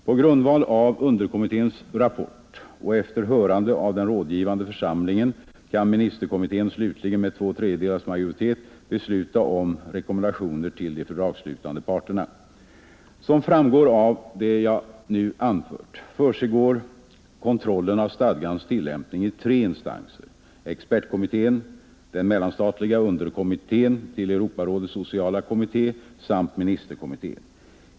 På grundval av underkommitténs rapport och efter hörande av den rådgivande församlingen kan ministerkommittén slutligen med två tredjedels majoritet "besluta om rekommendationer till de fördragsslutande parterna. Såsom framgår av det jag nu anfört försiggår kontrollen av stadgans tillämpning i tre instanser: expertkommittén, den mellanstatliga underkommittén till Europarådets sociala kommitté samt ministerkommitté::.